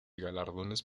galardones